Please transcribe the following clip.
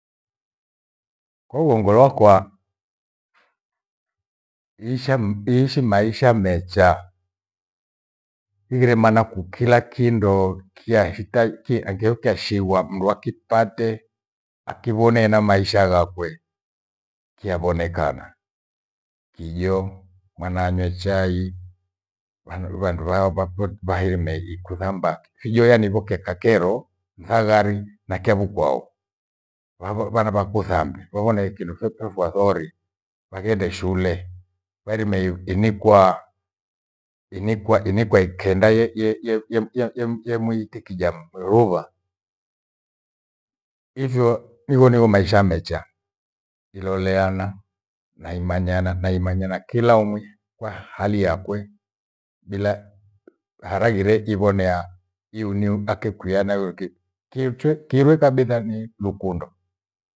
Kwaungu loa kwa iisham iishi maisha mecha. Highire mana kukila kindoo kyashitakie agheukashiwa mdu akipate akivone na maisha ghakwe. Kyavonekana, kijo mwana anywe chai vandu va- va- vahirime ikuthamba hijo yanivokea kakero, mthaghari na kyavukao. Va- va- vana vakuthambe vavone kindo kyo efua thori vyanghende shute vairime inikwa- inikwa ikenda ye- ye- ye- yemkia kemke mwiti kijam ruva. Hivo nivone hewo maisha mecha, iloleana naimananya- naimanyana kila umwi kwa hali yakwe bila- haraghire ivonea iuniu akikwiya na nairuki. Kichwe kirwe kabitha ni lukundo.